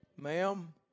ma'am